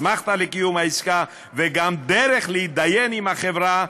אסמכתה לקיום העסקה וגם דרך להתדיין עם החברה,